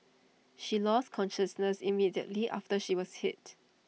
she lost consciousness immediately after she was hit